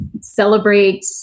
celebrate